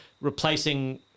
replacing